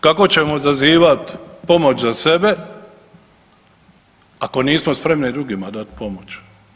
Kako ćemo zazivat pomoć za sebe, ako nismo spremni drugima dati pomoć.